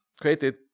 created